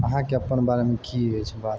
अहाँकेँ अपन बारेमे की अछि बात